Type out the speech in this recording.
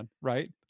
right